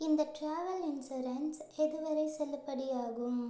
இந்த travel insurance எதுவரை செல்லுபடியாகும்